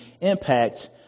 impact